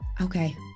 Okay